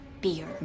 beer